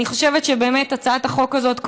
אני חושבת שבאמת הצעת החוק הזאת,